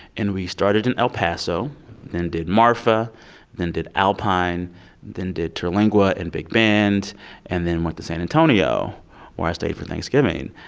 and we started in el paso then did marfa then did alpine then did terlingua and big bend and then went to san antonio stayed for thanksgiving.